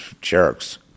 jerks